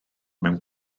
mewn